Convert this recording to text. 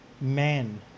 man